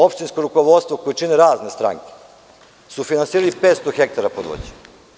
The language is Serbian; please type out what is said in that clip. Opštinsko rukovodstvo koje čine razne stranke su finansirali 500 hektara pod voćem.